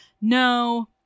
No